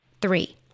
Three